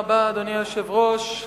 אדוני היושב-ראש,